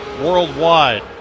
worldwide